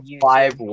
five